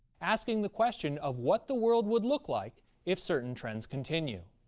asking the question of what the world would look like if certain trends continue.